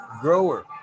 Grower